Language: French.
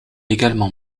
également